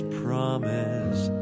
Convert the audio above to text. promise